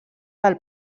del